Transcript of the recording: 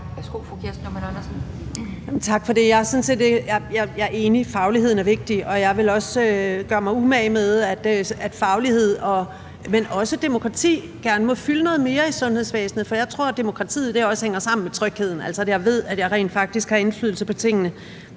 Kl. 12:47 Kirsten Normann Andersen (SF): Tak for det. Jeg er enig: Fagligheden er vigtig. Og jeg vil også gøre mig umage med, at ikke bare faglighed, men også demokrati gerne må fylde noget mere i sundhedsvæsenet, for jeg tror, at demokratiet også hænger sammen med tryghed – altså at man ved, at man rent faktisk har indflydelse på tingene.